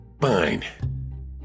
Fine